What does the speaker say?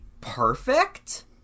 perfect